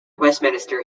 westminster